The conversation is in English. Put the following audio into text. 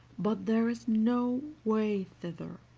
but there is no way thither.